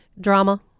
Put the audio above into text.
drama